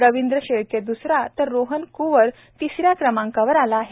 रविद्र शेळके दुसरा तर रोहन कुवर तिसऱ्या क्रमांकावर आहे